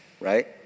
right